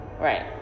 Right